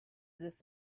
this